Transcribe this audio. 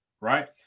Right